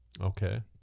Okay